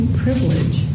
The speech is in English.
privilege